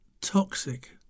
Toxic